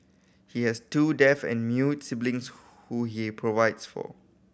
he has two deaf and mute siblings who he provides for